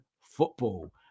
football